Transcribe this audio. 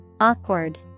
Awkward